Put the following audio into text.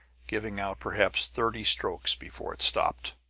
giving out perhaps thirty strokes before it stopped.